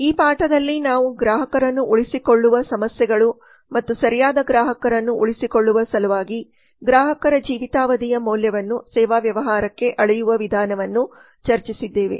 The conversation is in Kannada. ಈ ಪಾಠದಲ್ಲಿ ನಾವು ಗ್ರಾಹಕರನ್ನು ಉಳಿಸಿಕೊಳ್ಳುವ ಸಮಸ್ಯೆಗಳು ಮತ್ತು ಸರಿಯಾದ ಗ್ರಾಹಕರನ್ನು ಉಳಿಸಿಕೊಳ್ಳುವ ಸಲುವಾಗಿ ಗ್ರಾಹಕರ ಜೀವಿತಾವಧಿಯ ಮೌಲ್ಯವನ್ನು ಸೇವಾ ವ್ಯವಹಾರಕ್ಕೆ ಅಳೆಯುವ ವಿಧಾನವನ್ನು ಚರ್ಚಿಸಿದ್ದೇವೆ